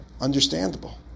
understandable